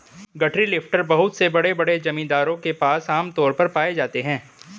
गठरी लिफ्टर बहुत से बड़े बड़े जमींदारों के पास आम तौर पर पाए जाते है